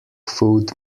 food